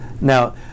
Now